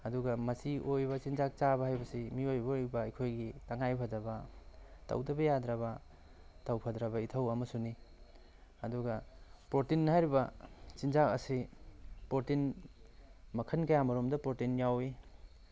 ꯑꯗꯨꯒ ꯃꯆꯤ ꯑꯣꯏꯕ ꯆꯤꯟꯖꯥꯛ ꯆꯥꯕ ꯍꯥꯏꯕꯁꯤ ꯃꯤꯑꯣꯏꯕ ꯑꯣꯏꯕ ꯑꯩꯈꯣꯏꯒꯤ ꯇꯉꯥꯏ ꯐꯗꯕ ꯇꯧꯗꯕ ꯌꯥꯗ꯭ꯔꯕ ꯇꯧꯐꯗ꯭ꯔꯕ ꯏꯊꯧ ꯑꯃꯁꯨꯅꯤ ꯑꯗꯨꯒ ꯄ꯭ꯔꯣꯇꯤꯟ ꯍꯥꯏꯔꯤꯕ ꯆꯤꯟꯖꯥꯛ ꯑꯁꯤ ꯄ꯭ꯔꯣꯇꯤꯟ ꯃꯈꯜ ꯀꯌꯥꯃꯔꯣꯝꯗ ꯄ꯭ꯔꯣꯇꯤꯟ ꯌꯥꯎꯋꯤ